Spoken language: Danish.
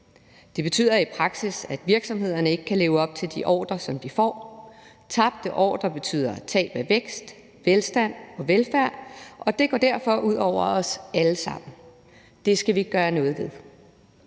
Det betyder i praksis, at virksomhederne ikke kan leve op til de ordrer, som de får, og tabte ordrer betyder tab af vækst, velstand og velfærd, og det går derfor ud over os alle sammen. Det skal vi gøre noget ved.